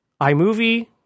iMovie